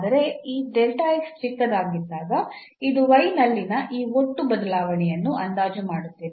ಆದರೆ ಈ ಚಿಕ್ಕದಾಗಿದ್ದಾಗ ಇದು y ನಲ್ಲಿನ ಈ ಒಟ್ಟು ಬದಲಾವಣೆಯನ್ನು ಅಂದಾಜು ಮಾಡುತ್ತಿಲ್ಲ